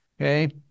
Okay